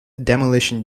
demolition